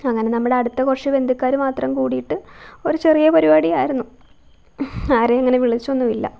അങ്ങനെ നമ്മുടെ അടുത്ത കുറച്ച് ബന്ധക്കാർ മാത്രം കൂടീട്ട് ഒരു ചെറിയ പരുപാടി ആയിരുന്നു ആരെയും അങ്ങനെ വിളിച്ചൊന്നുമില്ല